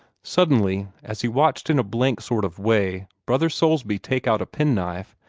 suddenly, as he watched in a blank sort of way brother soulsby take out a penknife,